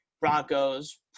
Broncos